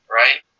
right